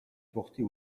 porter